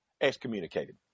excommunicated